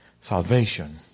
salvation